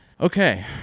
Okay